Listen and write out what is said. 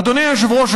אדוני היושב-ראש,